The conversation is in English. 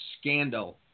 scandal